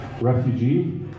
Refugee